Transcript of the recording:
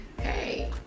hey